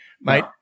mate